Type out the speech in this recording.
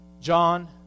John